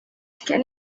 can